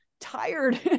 tired